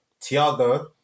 Thiago